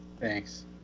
Thanks